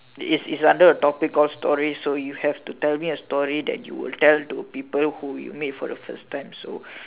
it's it's under a topic called stories so you have to tell me a story that you will tell to people who you meet for the first time so